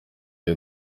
iyo